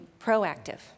proactive